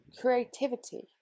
creativity